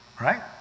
right